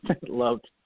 loved